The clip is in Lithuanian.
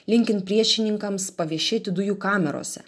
linkint priešininkams paviešėti dujų kamerose